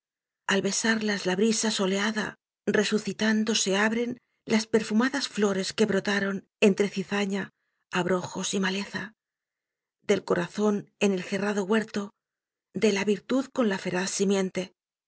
al besarlas la brisa soleada resucitando se abren las perfumadas flores que brotaron entre cizaña abrojos y maleza del corazón en el cerrado huerto de la virtud con la feraz simiente